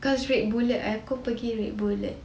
because red bullet aku pergi red bullet